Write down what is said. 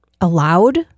allowed